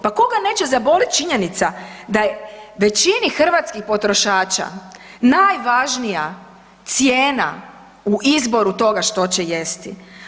Pa koga neće zabolit činjenica da je većini hrvatskih potrošača najvažnija cijena u izboru toga što će jesti.